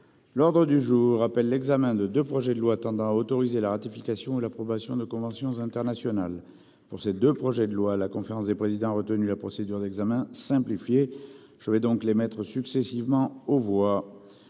L'ordre du jour appelle l'examen de 2 projets de loi tendant à autoriser la ratification l'approbation de conventions internationales pour ces 2 projets de loi, la conférence des présidents retenu la procédure d'examen simplifiée. Je vais donc les maîtres successivement, au revoir.